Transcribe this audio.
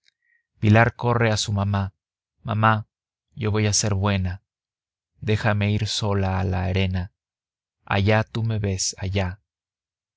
pilar corre a su mamá mamá yo voy a ser buena déjame ir sola a la arena allá tú me ves allá